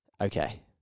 okay